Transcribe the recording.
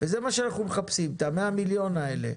וזה מה שאנחנו מחפשים, את ה-100 מיליון האלה.